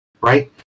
right